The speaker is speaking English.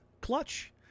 clutch